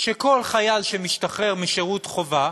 שכל חייל שמשתחרר משירות חובה